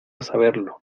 saberlo